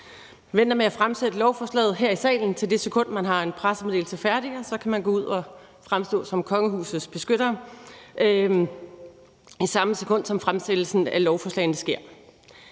Man venter med at fremsætte lovforslaget her i salen til det sekund, man har en pressemeddelelse færdig, og så kan man gå ud at fremstå som kongehusets beskytter i samme sekund, som fremsættelsen af lovforslagene sker.